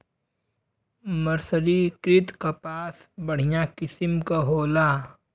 मर्सरीकृत कपास बढ़िया किसिम क होला